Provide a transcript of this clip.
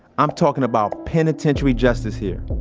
i'm talking about penitentiary justice here.